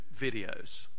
videos